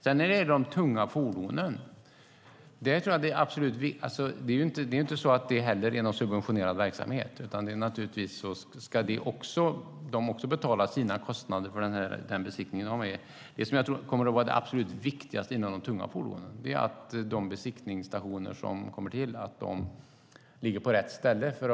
Detta med de tunga fordonen är inte heller någon subventionerad verksamhet. Naturligtvis ska de också betala sina kostnader för besiktningen. Det jag tror kommer att vara det viktigaste för de tunga fordonen är att de besiktningsstationer som kommer till ligger på rätt ställe.